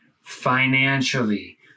financially